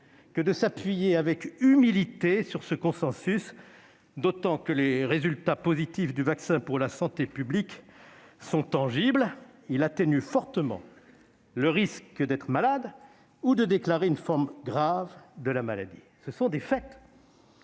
que de s'appuyer avec humilité sur ce consensus, d'autant que les résultats positifs du vaccin pour la santé publique sont tangibles : il atténue fortement le risque d'être malade ou de développer une forme grave de la maladie. Ce sont des faits